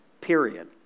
Period